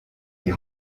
die